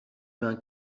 mains